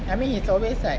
I mean he always like